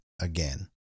again